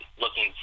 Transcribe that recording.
looking